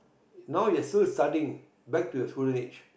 now you're still studying back to your school age